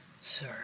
sir